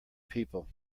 people